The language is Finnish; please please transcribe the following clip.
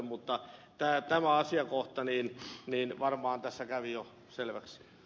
mutta tämä asiakohta varmaan tässä kävi jo selväksi